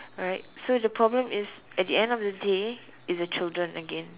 right so the problem is at the end of the day is the children again